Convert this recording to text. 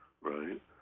right